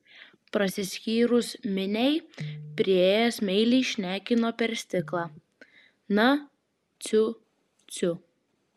prasiskyrus miniai priėjęs meiliai šnekino per stiklą na ciu ciu